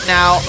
now